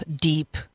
deep